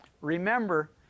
Remember